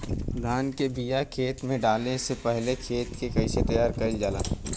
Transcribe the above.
धान के बिया खेत में डाले से पहले खेत के कइसे तैयार कइल जाला?